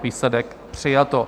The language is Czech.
Výsledek: přijato.